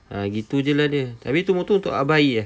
ha gitu jer lah dia tapi tu motor untuk abang ayie eh